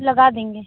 लगा देंगे